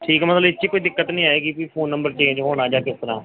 ਠੀਕ ਆ ਮਤਲਬ ਇਹ 'ਚ ਕੋਈ ਦਿੱਕਤ ਨਹੀਂ ਆਏਗੀ ਕਿ ਫੋਨ ਨੰਬਰ ਚੇਂਜ ਹੋਣਾ ਜਾਂ ਕਿਸ ਤਰ੍ਹਾਂ